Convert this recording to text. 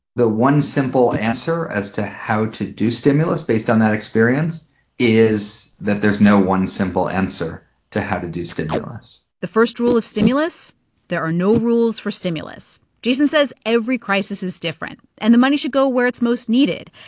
the one simple answer as to how to do stimulus based on that experience is that there's no one simple answer to how to do stimulus the first rule of stimulus there are no rules for stimulus. jason says every crisis is different, and the money should go where it's most needed.